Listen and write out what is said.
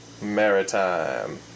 Maritime